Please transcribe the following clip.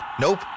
Nope